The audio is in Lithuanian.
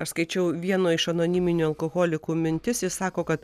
aš skaičiau vieno iš anoniminių alkoholikų mintis jis sako kad